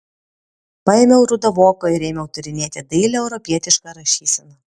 paėmiau rudą voką ir ėmiau tyrinėti dailią europietišką rašyseną